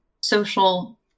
social